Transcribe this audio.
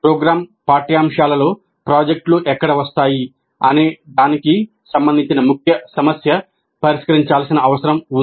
programme పాఠ్యాంశాల్లో ప్రాజెక్టులు ఎక్కడ వస్తాయి అనేదానికి ముఖ్య సమస్య పరిష్కరించాల్సిన అవసరం ఉంది